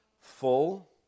Full